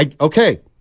Okay